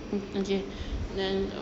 mm okay then err